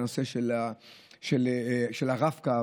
נושא הרב-קו,